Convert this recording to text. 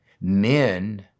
men